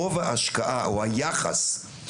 אני רק אומר מילה אחת, ובאמת מילה